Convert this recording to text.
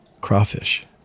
crawfish